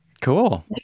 cool